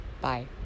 Bye